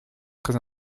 très